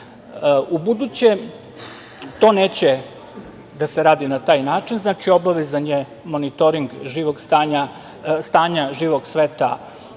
mesta. Ubuduće to neće da se radi na taj način. Znači, obavezan je monitoring stanja živog sveta